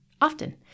often